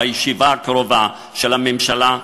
בישיבה הקרובה של הממשלה,